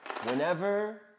Whenever